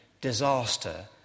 disaster